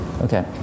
Okay